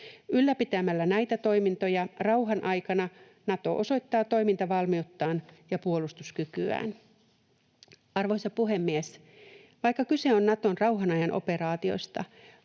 Ylläpitämällä näitä toimintoja rauhan aikana Nato osoittaa toimintavalmiuttaan ja puolustuskykyään. Arvoisa puhemies! Vaikka kyse on Naton rauhan ajan operaatioista,